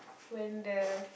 when the